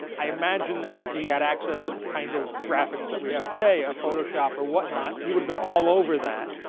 i imagine that if he had access to the kind of graphics that we have today ah photoshop or whatnot he would've been all over that.